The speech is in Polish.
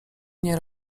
nie